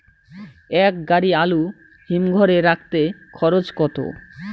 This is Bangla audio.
এক গাড়ি আলু হিমঘরে রাখতে খরচ কত?